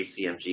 ACMG